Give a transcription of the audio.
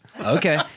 Okay